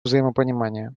взаимопонимания